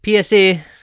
psa